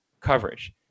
coverage